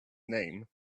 name